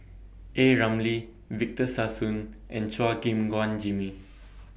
A Ramli Victor Sassoon and Chua Gim Guan Jimmy